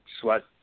sweat